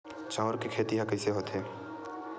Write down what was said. चांउर के खेती ह कइसे होथे?